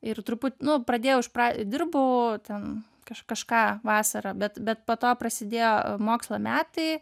ir truput nu pradėjau iš pra dirbau ten kaž kažką vasarą bet bet po to prasidėjo mokslo metai